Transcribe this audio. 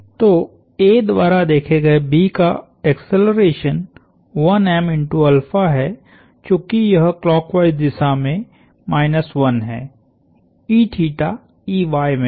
तो A द्वारा देखे गए B का एक्सेलरेशन है चूँकि यह क्लॉकवाईस दिशा में 1 है में है